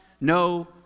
no